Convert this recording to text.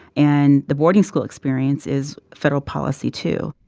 and the boarding school experience is federal policy, too